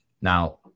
Now